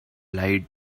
lied